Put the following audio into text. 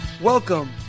Welcome